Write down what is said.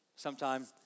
Sometime